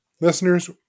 listeners